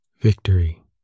Victory